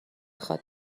خواد